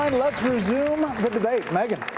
um let's resume the debate. megyn?